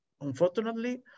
unfortunately